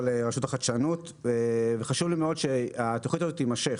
לרשות החדשנות ושחשוב מאוד שהתוכנית הזאת תימשך.